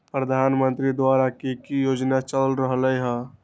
प्रधानमंत्री द्वारा की की योजना चल रहलई ह?